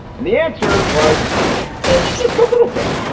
and the answer was maybe just a little bit.